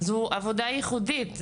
זו עבודה ייחודית,